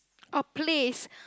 oh place